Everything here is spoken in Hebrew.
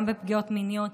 גם בפגיעות מיניות,